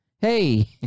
Hey